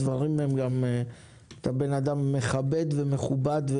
אתה אדם מכבד ומכובד,